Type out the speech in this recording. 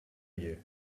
you